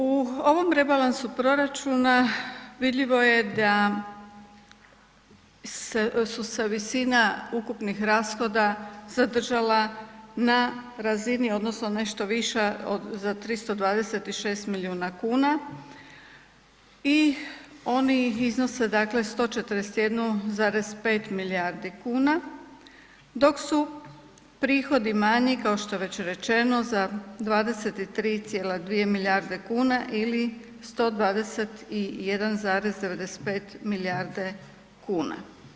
U ovom rebalansu proračuna vidljivo je da su se visina ukupnih rashoda zadržala na razini odnosno nešto viša od, za 326 milijuna kuna i oni iznose, dakle 141,5 milijardi kuna, dok su prihodi manji, kao što je već rečeno, za 23,2 milijarde kuna ili 121,95 milijarde kuna.